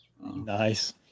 Nice